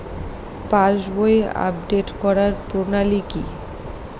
পাসবই update করার প্রণালী কি?